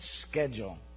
schedule